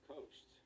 Coast